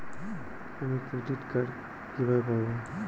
আমি credit card কিভাবে পাবো?